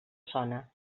sona